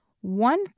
One